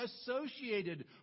associated